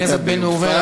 חבר הכנסת בן ראובן,